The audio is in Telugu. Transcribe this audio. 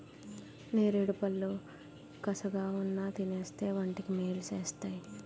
నేరేడుపళ్ళు కసగావున్నా తినేస్తే వంటికి మేలు సేస్తేయ్